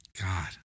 God